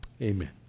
Amen